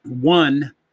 One